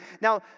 Now